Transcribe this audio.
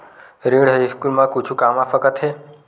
ऋण ह स्कूल मा कुछु काम आ सकत हे?